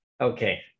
Okay